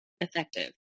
effective